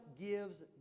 gives